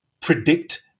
predict